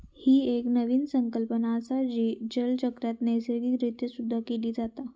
ही एक नवीन संकल्पना असा, जी जलचक्रात नैसर्गिक रित्या शुद्ध केली जाता